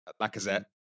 Lacazette